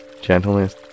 gentleness